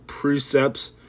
precepts